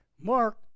Mark